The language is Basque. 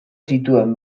zituen